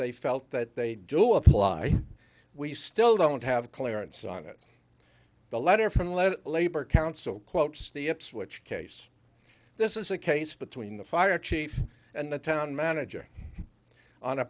they felt that they do apply we still don't have clearance on it the letter from letter labor council quotes the ipswich case this is a case between the fire chief and the town manager on a